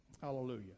Hallelujah